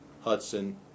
Hudson